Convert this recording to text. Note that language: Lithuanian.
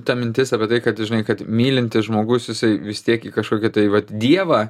ta mintis apie tai kad žinai kad mylintis žmogus jisai vis tiek į kažkokį tai vat dievą